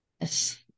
Yes